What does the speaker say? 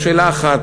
שאלה אחת.